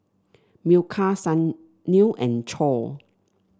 Milkha Sunil and Choor